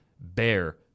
bear